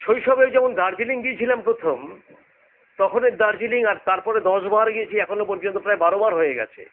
শৈশবেই যেমন দার্জিলিং গিয়েছিলাম প্রথম তখনের দার্জিলিং আর তারপরে দশবার গিয়েছি এখনো পর্যন্ত প্রায় বারো বার হয়ে গিয়েছে